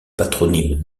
patronymes